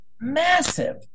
massive